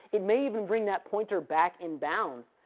it may even bring that pointer back in bounds,